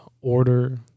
order